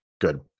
Good